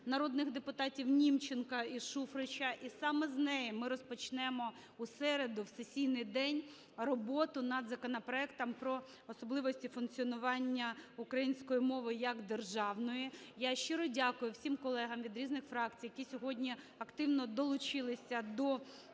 народних депутатів Німченка і Шуфрича, і саме з неї ми розпочнемо у середу, в сесійний день, роботу над законопроектом про особливості функціонування української мови як державної. Я щиро дякую всім колегам від різних фракцій, які сьогодні активно долучилися до обговорення